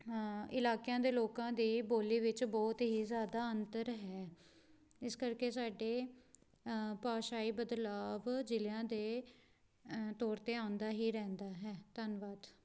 ਇਲਾਕਿਆਂ ਦੇ ਲੋਕਾਂ ਦੀ ਬੋਲੀ ਵਿੱਚ ਬਹੁਤ ਹੀ ਜ਼ਿਆਦਾ ਅੰਤਰ ਹੈ ਇਸ ਕਰਕੇ ਸਾਡੇ ਭਾਸ਼ਾਈ ਬਦਲਾਅ ਜ਼ਿਲ੍ਹਿਆਂ ਦੇ ਤੌਰ 'ਤੇ ਆਉਂਦਾ ਹੀ ਰਹਿੰਦਾ ਹੈ ਧੰਨਵਾਦ